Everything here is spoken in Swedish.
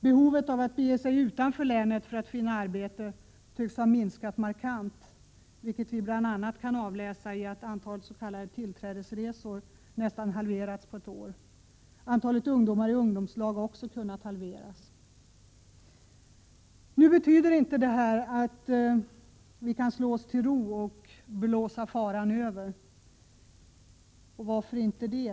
Behovet av att bege sig utanför länet för att finna arbete tycks ha minskat markant, vilket bl.a. kan avläsas i att antalet s.k. tillträdesresor nästan halverats på ett år. Antalet ungdomar i ungdomslag har också kunnat halveras. Detta betyder inte att vi nu kan slå oss till ro och blåsa ”faran över”. Vad beror det på?